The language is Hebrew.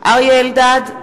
אריה אלדד,